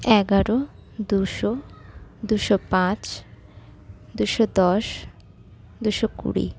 এগারো দুশো দুশো পাঁচ দুশো দশ দুশো কুড়ি